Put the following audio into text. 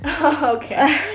Okay